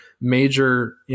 major